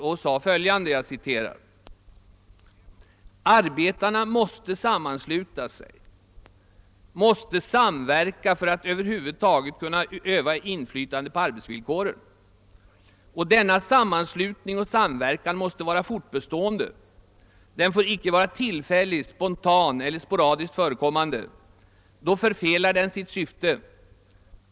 Han sade: »Arbetarna måste sammansluta sig, måste samverka för att över huvud taget kunna öva inflytande på arbetsvillkoren. Och denna sammanslutning och samverkan måste vara fortbestående. Den får icke vara tillfällig, spontan eller sporadiskt förekommande. Då förfelar den sitt syfte.